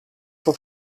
for